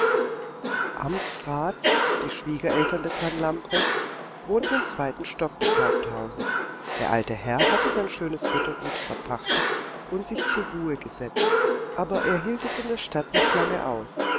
amtsrats die schwiegereltern des herrn lamprecht wohnten im zweiten stock des haupthauses der alte herr hatte sein schönes rittergut verpachtet und sich zur ruhe gesetzt aber er hielt es in der stadt nicht lange aus